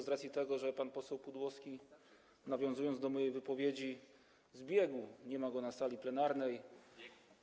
Z racji tego, że pan poseł Pudłowski nawiązywał do mojej wypowiedzi, a teraz zbiegł, nie ma go na sali plenarnej.